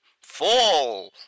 fall